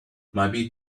maybe